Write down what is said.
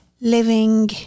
living